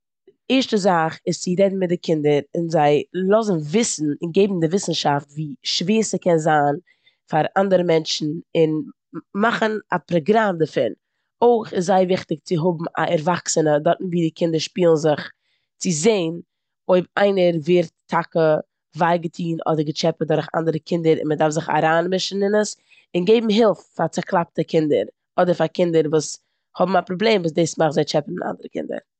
די ערשטע זאך איז צו רעדן מיט די קינדער און זיי לאזן וויסן און געבן די וואוסנשאפט ווי שווער ס'קען זיין פאר אנדערע מענטשן און מ- מאכן א פראגראם דערפון. אויך איז זייער וויכטיג צו האבן א ערוואקסענע דארטן ווי די קינדער שפילן זיך צו זען אויב איינער ווערט טאקע וויי געטון אדער געטשעפעט דורך אנדערע קינדער און מ'דארף זיך אריינמישן אין עס און געבן הילף פאר צוקלאפטע קינדער אדער פאר קינדער וואס האבן א פראבלעם און דאס מאכט זיי טשעפענען אנדערע קינדער.